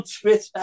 Twitter